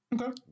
Okay